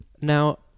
now